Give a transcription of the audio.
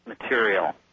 material